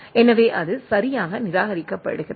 எனவே அது சரியாக நிராகரிக்கப்படுகிறது